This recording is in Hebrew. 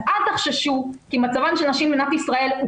אל תחששו כי מצבן של נשים במדינת ישראל הוא